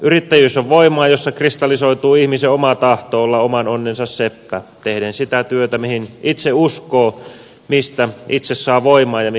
yrittäjyys on voimaa jossa kristallisoituu ihmisen oma tahto olla oman onnensa seppä tehden sitä työtä mihin itse uskoo mistä itse saa voimaa ja missä itse on vahva